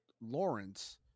Lawrence